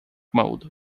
mode